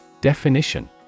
DEFINITION